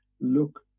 look